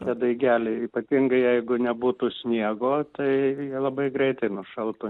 tie daigeliai ypatingai jeigu nebūtų sniego tai jie labai greitai nušaltų